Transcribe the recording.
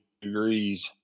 degrees